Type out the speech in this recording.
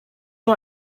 nur